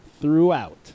throughout